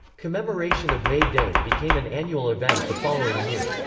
commemoration of may day became an annual event the following year.